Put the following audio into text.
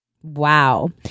Wow